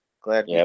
glad